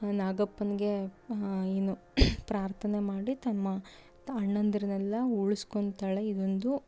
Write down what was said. ನಾಗಪ್ಪನಿಗೆ ಏನು ಪ್ರಾರ್ಥನೆ ಮಾಡಿ ತಮ್ಮ ಅಣ್ಣಂದಿರನ್ನೆಲ್ಲ ಉಳ್ಸ್ಕೊತಾಳೆ ಇದೊಂದು